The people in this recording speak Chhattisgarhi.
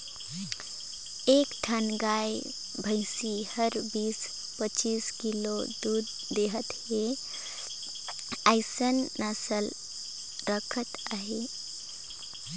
एक ठन गाय भइसी हर बीस, पचीस किलो दूद देहत हे अइसन नसल राखत अहे